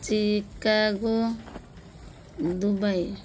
Chicago Dubai